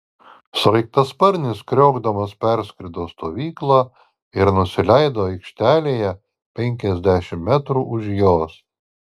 sraigtasparnis kriokdamas perskrido stovyklą ir nusileido aikštelėje penkiasdešimt metrų už jos